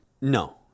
no